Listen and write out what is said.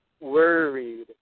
worried